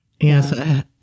Yes